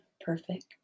perfect